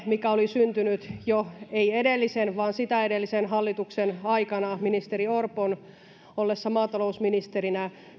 mikä oli syntynyt jo ei edellisen vaan sitä edellisen hallituksen aikana ministeri orpon ollessa maatalousministerinä